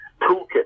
toolkit